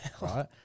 right